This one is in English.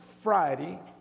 Friday